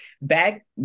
Back